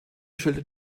schildert